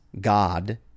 god